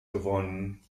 gewonnen